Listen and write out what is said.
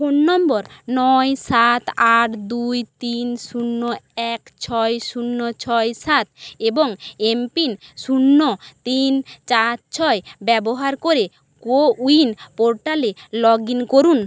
phone নম্বর নয় সাত আট দুই তিন শূন্য এক ছয় শূন্য ছয় সাত এবং এমপিন শূন্য তিন চার ছয় ব্যবহার করে কোউইন পোর্টালে লগইন করুন